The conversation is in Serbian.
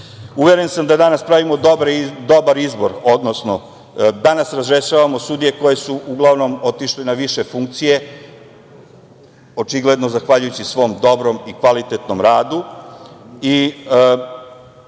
sudije. Uveren sam da danas pravimo dobar izbor, odnosno danas razrešavamo sudije koje su uglavnom otišle na više funkcije, očigledno zahvaljujući svom dobrom i kvalitetnom radu. Mi ćemo,